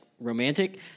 romantic